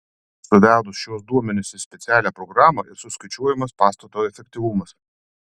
suvedus šiuos duomenis į specialią programą ir suskaičiuojamas pastato efektyvumas